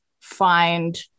find